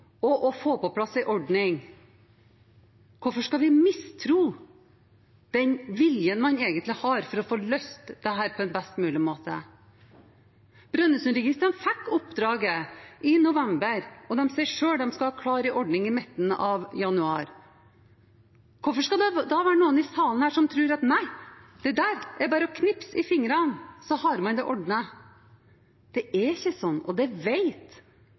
å få på plass en ordning, hvorfor skal vi da mistro den viljen man egentlig har til å få løst dette på best mulig måte? Brønnøysundregistrene fikk oppdraget i november, og de sier selv at de skal ha en ordning klar i midten av januar. Hvorfor skal det da være noen i salen her som tror at det bare er å knipse med fingrene, så har man ordnet det? Det er ikke sånn, og det